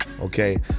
okay